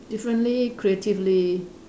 differently creatively